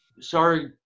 sorry